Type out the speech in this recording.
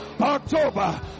October